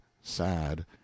sad